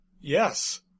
Yes